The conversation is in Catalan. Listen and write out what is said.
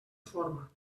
forma